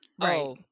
Right